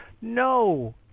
no